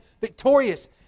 victorious